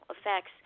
effects